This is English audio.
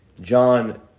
John